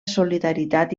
solidaritat